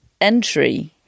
entry